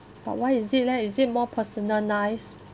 but why is it leh is it more personalised